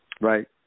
Right